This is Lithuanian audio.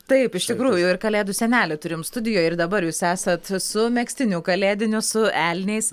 taip iš tikrųjų ir kalėdų senelį turim studijoj ir dabar jūs esat su megztiniu kalėdiniu su elniais